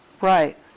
Right